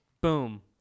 Boom